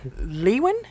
Lewin